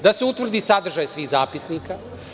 Da se utvrdi sadržaj svih zapisnika.